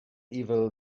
evil